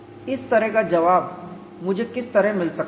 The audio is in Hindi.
इस तरह का एक जवाब मुझे किस तरह मिल सकता है